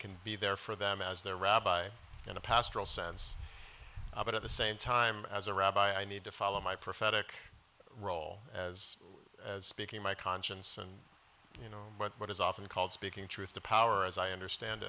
can be there for them as their rabbi in a pastoral sense but at the same time as a rabbi i need to follow my prophetic role as speaking my conscience and you know what is often called speaking truth to power as i understand